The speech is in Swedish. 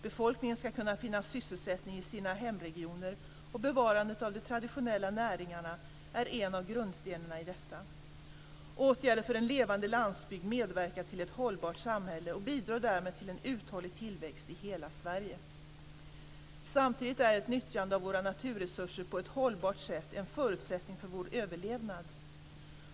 Befolkningen ska kunna finna sysselsättning i sina hemregioner, och bevarandet av de traditionella näringarna är en av grundstenarna i detta. Åtgärder för en levande landsbygd medverkar till ett hållbart samhälle och bidrar därmed till en uthållig tillväxt i hela Sverige. Samtidigt är ett nyttjande av våra naturresurser på ett hållbart sätt en förutsättning för vår överlevnad.